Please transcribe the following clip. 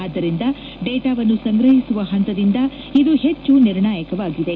ಆದ್ದರಿಂದ ಡೇಟಾವನ್ನು ಸಂಗ್ರಹಿಸುವ ಹಂತದಿಂದ ಇದು ಹೆಚ್ಚು ನಿರ್ಣಾಯಕವಾಗಿದೆ